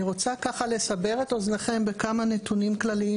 אני רוצה ככה לסבר את אוזניכם בכמה נתונים כלליים,